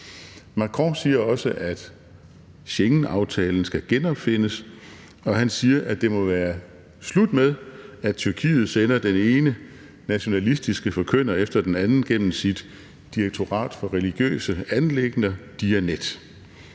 Macron siger også, at Schengenaftalen skal genopfindes, og han siger, at det må være slut med, at Tyrkiet sender den ene nationalistiske forkynder efter den anden gennem sit direktorat for religiøse anliggender, Diyanet.